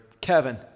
Kevin